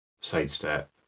sidestep